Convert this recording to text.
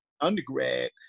undergrad